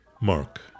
Mark